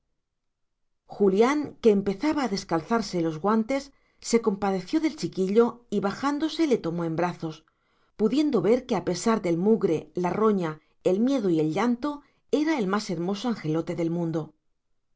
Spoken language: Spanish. julián que empezaba a descalzarse los guantes se compadeció del chiquillo y bajándose le tomó en brazos pudiendo ver que a pesar del mugre la roña el miedo y el llanto era el más hermoso angelote del mundo